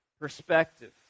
perspective